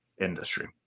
industry